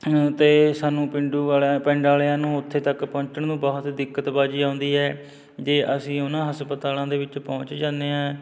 ਅਤੇ ਸਾਨੂੰ ਪੇਂਡੂ ਵਾਲਿਆਂ ਪਿੰਡ ਵਾਲਿਆਂ ਨੂੰ ਉੱਥੇ ਤੱਕ ਪਹੁੰਚਣ ਨੂੰ ਬਹੁਤ ਦਿੱਕਤਬਾਜ਼ੀ ਆਉਂਦੀ ਹੈ ਜੇ ਅਸੀਂ ਉਹਨਾਂ ਹਸਪਤਾਲਾਂ ਦੇ ਵਿੱਚ ਪਹੁੰਚ ਜਾਂਦੇ ਹਾਂ